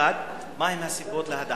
1. מה הן הסיבות להדחה?